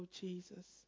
jesus